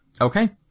Okay